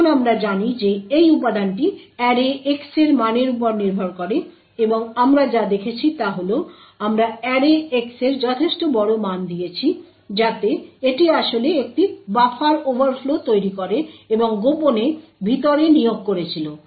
এখন আমরা জানি যে এই উপাদানটি অ্যারে x এর মানের উপর নির্ভর করে এবং আমরা যা দেখেছি তা হল আমরা অ্যারে x এর যথেষ্ট বড় মান দিয়েছি যাতে এটি আসলে একটি বাফার ওভারফ্লো তৈরী করে এবং গোপনে ভিতরে নিয়োগ করেছিল